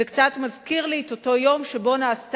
זה קצת מזכיר לי את אותו יום שבו נעשתה